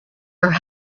her